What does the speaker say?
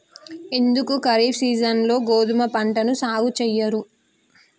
ఎందుకు ఖరీఫ్ సీజన్లో గోధుమ పంటను సాగు చెయ్యరు?